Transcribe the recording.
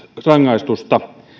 sakkorangaistusta